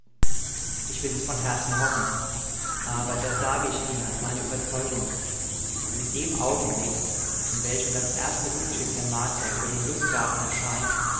ich will es von herzen hoffen aber das sage ich ihnen als meine überzeugung mit dem augenblick in welchem das erste luftschiff der martier über dem lustgarten erscheint